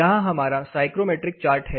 यहां हमारा psychrometric chart है